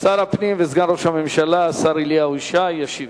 שר הפנים וסגן ראש הממשלה השר אליהו ישי.